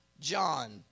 John